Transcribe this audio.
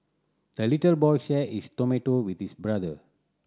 the little boy shared his tomato with this brother